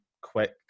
quick